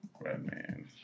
Redman